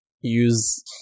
use